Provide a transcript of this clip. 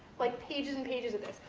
like pages and pages of this.